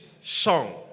song